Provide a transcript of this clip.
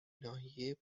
ناحیه